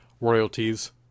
royalties